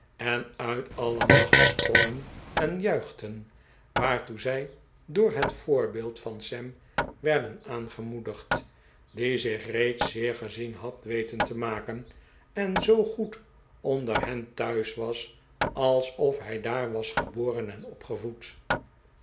eh uit alle macht sprongen en juichten waartoe zij door het voorbeeld van sam werden aangemoedigd die zich reeds zeer gezien had weten te maken en zoo good onder hen thuis was alsof hij daar was geboren en opgevoed